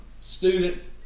student